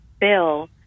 bill